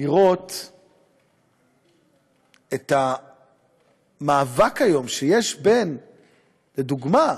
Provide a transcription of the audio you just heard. לראות את המאבק שיש היום, לדוגמה,